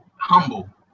humble